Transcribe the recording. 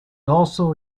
also